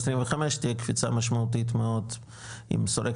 2025 תהיה קפיצה משמעותית מאוד עם שורק